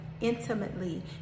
intimately